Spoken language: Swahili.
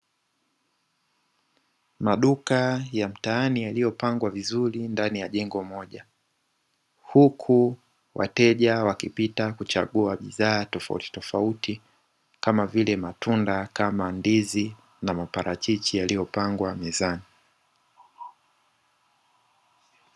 Maduka ya mtaani yaliyopangwa vizuri ndani ya jengo moja, huku wateja wakipita kuchagua bidhaa tofautitofauti, kama vile matunda kama ndizi na maparachichi yaliyopangwa mezani.